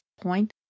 point